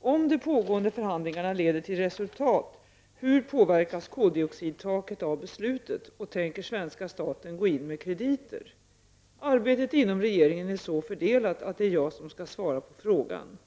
Om de pågående förhandlingarna leder till resultat, hur påverkas koldioxidtaket av beslutet, och tänker svenska staten gå in med krediter? Arbetet inom regeringen är så fördelat att det är jag som skall svara på frågan.